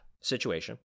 situation